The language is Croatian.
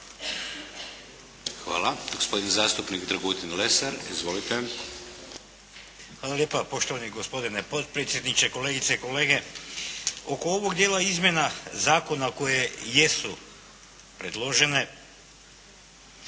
(HDZ)** Hvala. Gospodin zastupnik Dragutin Lesar. Izvolite. **Lesar, Dragutin (Nezavisni)** Hvala lijepa poštovani gospodine potpredsjedniče, kolegice i kolege. Oko ovog dijela izmjena zakona koje jesu predložene